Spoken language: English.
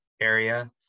area